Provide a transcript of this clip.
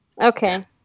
Okay